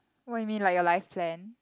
what you mean like your life plan